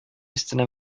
өстенә